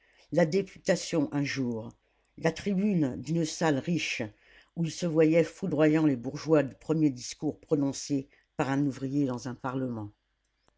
la députation un jour la tribune d'une salle riche où il se voyait foudroyant les bourgeois du premier discours prononcé par un ouvrier dans un parlement